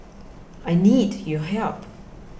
I need your help